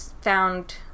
found